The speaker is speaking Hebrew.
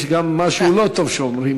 יש גם משהו לא טוב שאומרים.